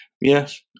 yes